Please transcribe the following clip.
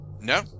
No